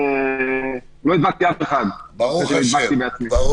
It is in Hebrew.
ברוך השם.